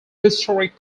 historic